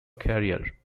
career